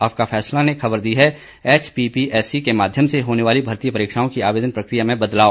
आपका फैसला ने खबर दी है एचपीपीएससी के माध्यम से होने वाली भर्ती परीक्षाओं की आवेदन प्रक्रिया में बदलाव